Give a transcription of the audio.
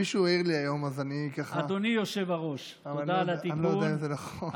מישהו העיר לי היום, אבל אני לא יודע אם זה נכון.